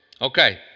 okay